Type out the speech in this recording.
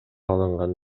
алынган